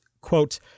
quote